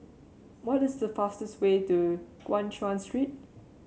what is the fastest way to Guan Chuan Street